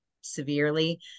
severely